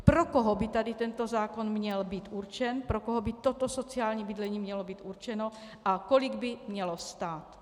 Pro koho by tady tento zákon měl být určen, pro koho by toto sociální bydlení mělo být určeno a kolik by mělo stát.